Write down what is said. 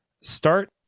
start